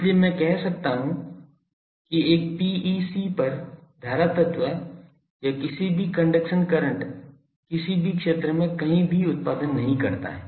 इसलिए मैं कह सकता हूं कि एक PEC पर धारा तत्व या किसी भी कंडक्शन करंट किसी भी क्षेत्र में कहीं भी उत्पादन नहीं करता है